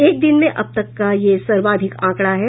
एक दिन में अब तक का यह सर्वाधिक आंकड़ा है